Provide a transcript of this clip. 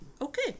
Okay